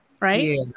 right